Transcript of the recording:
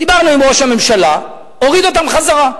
דיברנו עם ראש הממשלה, הוריד אותם חזרה.